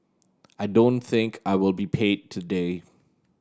I don't think I will be paid today